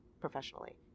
professionally